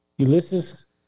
Ulysses